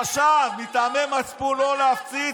כשאחד הטייסים חשב מטעמי מצפון לא להפציץ,